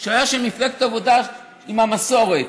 שהיה ממפלגת העבודה, עם המסורת.